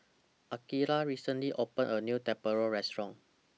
Akeelah recently opened A New Tempura Restaurant